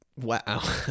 Wow